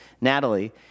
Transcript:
Natalie